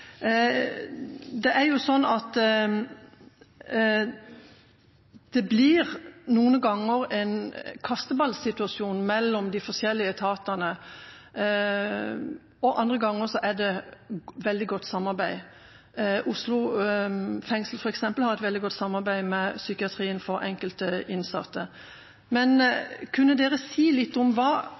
blir det en kasteballsituasjon mellom de forskjellige etatene, og andre ganger er det veldig godt samarbeid. Oslo fengsel f.eks. har et veldig godt samarbeid med psykiatrien for enkelte innsatte. Men kunne dere si litt om hva